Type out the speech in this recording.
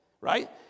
Right